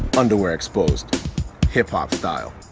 underwear exposed hip-hop style